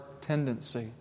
tendency